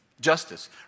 Justice